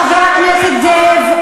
חבר הכנסת זאב,